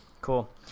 Cool